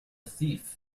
thief